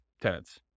tenants